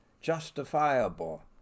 justifiable